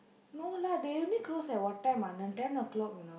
no lah they only close at what time Anand ten o-clock you know